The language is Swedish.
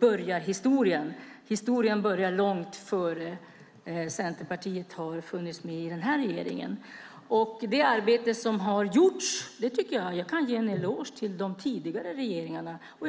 börjar historien. Historien började långt innan Centerpartiet kom med i den här regeringen. Jag kan ge en eloge till tidigare regeringar för det arbete som har gjorts.